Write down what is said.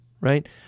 right